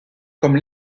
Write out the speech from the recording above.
comme